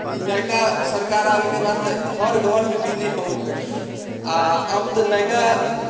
ई नइका सरकार आबैके बाद तऽ हर घरमे बिजली पहुँचि गेल आओर आब तऽ नइका